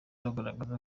bagaragaza